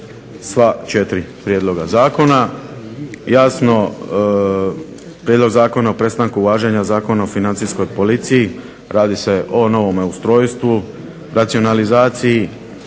sva 4 prijedloga zakona. Jasno prijedlog Zakona o prestanku važenja Zakona o Financijskoj policiji, radi se o novome ustrojstvu, racionalizaciji.